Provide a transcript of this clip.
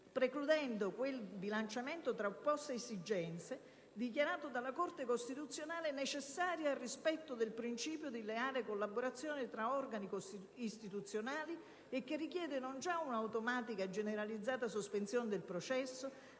costituzionale, sentenza n. 140 del 2003), dichiarato dalla Corte costituzionale necessario al rispetto del principio di leale collaborazione tra organi istituzionali, e che richiede non già un'automatica e generalizzata sospensione del processo